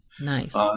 Nice